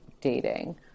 dating